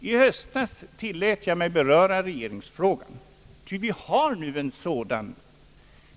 I höstas tillät jag mig beröra regeringsfrågan, ty vi har nu en sådan.